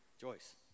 Joyce